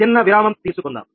చిన్న విరామం తీసుకుందాం